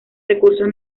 recursos